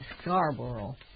Scarborough